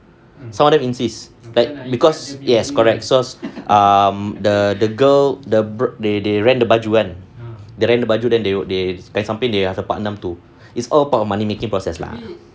some of them insist then because yes correct so um the the girl the they they rent the baju kan they rent the baju then they would they kain samping they ask pak andam it's all part of money making process lah